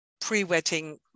pre-wetting